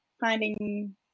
finding